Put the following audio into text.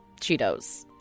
Cheetos